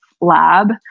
lab